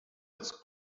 its